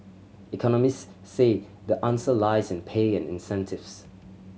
economists say the answer lies in pay and incentives